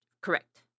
Correct